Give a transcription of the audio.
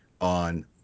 on